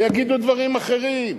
ויגידו דברים אחרים.